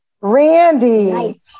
Randy